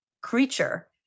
creature